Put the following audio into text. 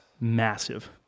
massive